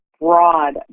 broad